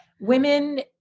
women